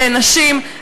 לנשים,